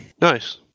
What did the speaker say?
Nice